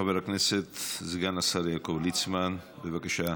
חבר הכנסת וסגן השר יעקב ליצמן, בבקשה.